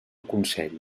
consell